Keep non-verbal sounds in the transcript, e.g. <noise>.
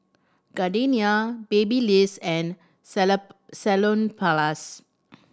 Gardenia Babyliss and <unintelligible> Salonpas